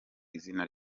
izina